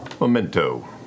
memento